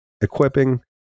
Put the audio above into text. equipping